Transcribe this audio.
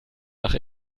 nach